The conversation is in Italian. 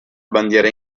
bandiera